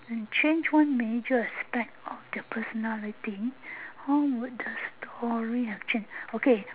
and change one major aspect of their personalty how would the story have changed okay